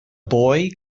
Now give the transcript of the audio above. boy